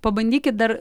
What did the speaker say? pabandykit dar